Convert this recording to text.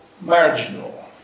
marginal